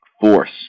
force